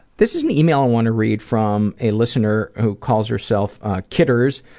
this is an email i want to read from a listener who calls herself kitters,